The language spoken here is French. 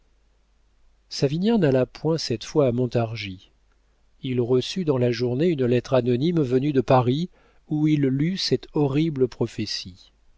savinien n'alla point cette fois à montargis il reçut dans la journée une lettre anonyme venue de paris où il lut cette horrible prophétie